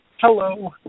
Hello